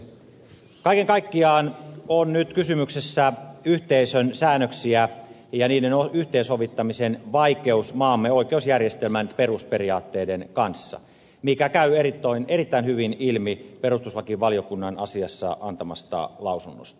kaiken kaikkiaan ovat nyt kysymyksessä yhteisön säännökset ja niiden yhteensovittamisen vaikeus maamme oikeusjärjestelmän perusperiaatteiden kanssa mikä käy erittäin hyvin ilmi perustuslakivaliokunnan asiasta antamasta lausunnosta